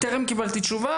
טרם קיבלתי תשובה.